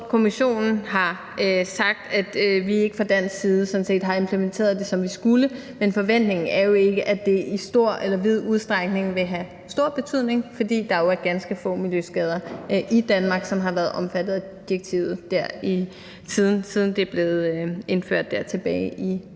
Kommissionen, som har sagt, at vi ikke fra dansk side har implementeret det, som vi skulle. Men forventningen er ikke, at det vil have stor betydning eller være i vid udstrækning, fordi der jo er ganske få miljøskader i Danmark, som har været omfattet af direktivet, siden det blev indført tilbage i 2007.